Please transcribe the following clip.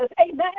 amen